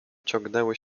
ciągnęły